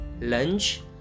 lunch